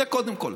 זה קודם כול.